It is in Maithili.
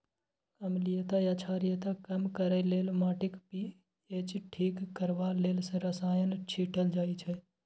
अम्लीयता या क्षारीयता कम करय लेल, माटिक पी.एच ठीक करबा लेल रसायन छीटल जाइ छै